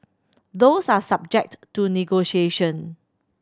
those are subject to negotiation